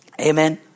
Amen